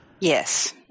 Yes